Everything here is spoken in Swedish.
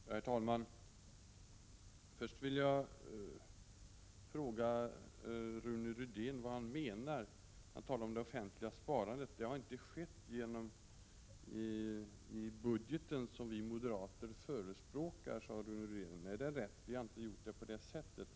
Herr talman! Först vill jag fråga Rune Rydén vad han menar. Han talade om det offentliga sparandet. Det har inte skett i budgeten, som vi moderater förespråkar, sade Rune Rydén. Nej, det är rätt, vi har inte gjort det på det sättet.